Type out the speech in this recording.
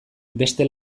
beste